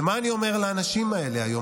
ומה אני אומר לאנשים האלה היום?